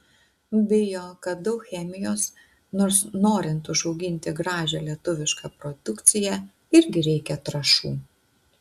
bijo kad daug chemijos nors norint užauginti gražią lietuvišką produkciją irgi reikia trąšų